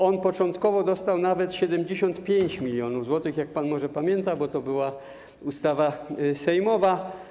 On początkowo dostał nawet 75 mln zł, jak pan może pamięta, bo to była ustawa sejmowa.